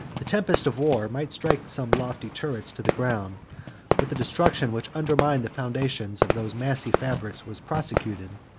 the tempest of war might strike some lofty turrets to the ground but the destruction which undermined the foundations of those massy fabrics was prosecuted,